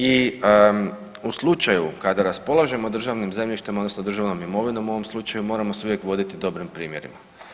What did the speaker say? I u slučaju kada raspolažemo državnim zemljištem odnosno državnom imovinom u ovom slučaju moramo se uvijek voditi dobrim primjerima.